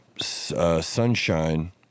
Sunshine